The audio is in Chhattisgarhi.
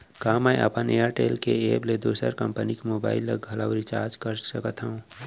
का मैं अपन एयरटेल के एप ले दूसर कंपनी के मोबाइल ला घलव रिचार्ज कर सकत हव?